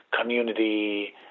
community